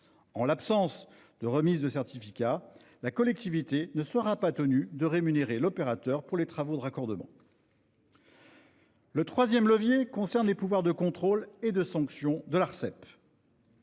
En l'absence de remise de ces certificats, la collectivité ne sera pas tenue de rémunérer l'opérateur pour les travaux de raccordement. C'est normal ! Le troisième levier concerne les pouvoirs de contrôle et de sanction de l'Arcep.